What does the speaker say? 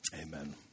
amen